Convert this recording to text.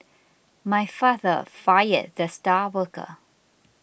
my father fired the star worker